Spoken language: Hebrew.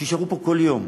שיישארו פה כל יום,